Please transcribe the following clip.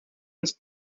his